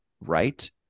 right